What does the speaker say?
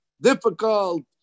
difficult